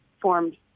formed